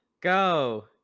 go